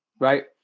right